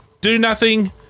do-nothing